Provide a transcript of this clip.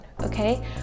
okay